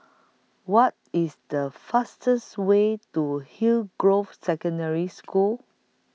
What IS The fastest Way to Hillgrove Secondary School